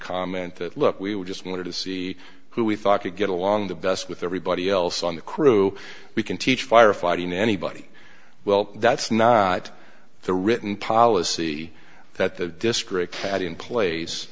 comment that look we were just going to see who we thought could get along the best with everybody else on the crew we can teach firefighting anybody well that's not the written policy that the district had in pla